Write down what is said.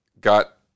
got